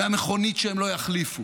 מהמכונית שהם לא יחליפו,